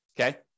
okay